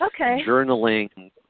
journaling